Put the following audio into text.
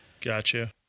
gotcha